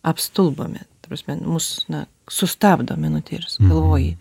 apstulbame ta prasme mus na sustabdo minutė ir sugalvoji